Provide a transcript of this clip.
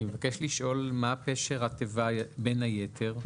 אני מבקש לשאול מה פשר התיבה "בין היתר".